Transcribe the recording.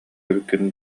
эбиккин